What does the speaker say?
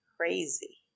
crazy